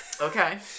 Okay